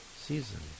season